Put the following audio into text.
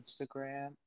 Instagram